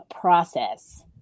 process